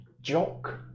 Jock